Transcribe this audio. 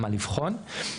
לבחון.